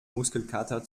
muskelkater